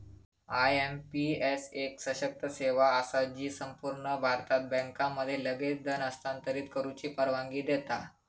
IMPS एक सशक्त सेवा असा जी संपूर्ण भारतात बँकांमध्ये लगेच धन हस्तांतरित करुची परवानगी देता